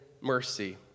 mercy